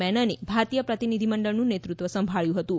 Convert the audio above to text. મેનને ભારતીય પ્રતિનિધિમંડળનું નેતૃત્વ સાંભબ્યું હતું